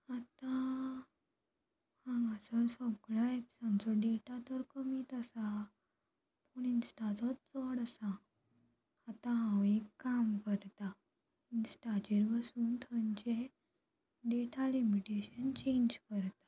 आतां हांगासर सगळ्या एप्सांचो डेटा तर कमीत आसा पूण इंस्टाचो चड आसा आतां हांव एक काम करतां इंस्टाचेर बसून थंयचे डेटा लिमिटेशन चेंज करतां